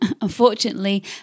unfortunately